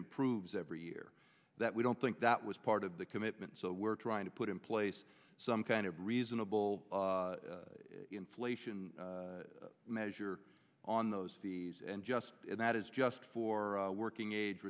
improves every year that we don't think that was part of the commitment so we're trying to put in place some kind of reasonable inflation measure on those these and just that is just for working age